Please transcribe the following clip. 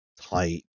type